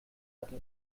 hatte